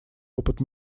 опыт